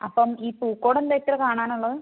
അപ്പോൾ ഈ പൂക്കോട് എന്താ ഇത്ര കാണാൻ ഉള്ളത്